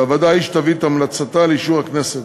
והוועדה היא שתביא את המלצתה לאישור הכנסת,